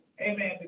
Amen